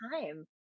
time